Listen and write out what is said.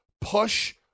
push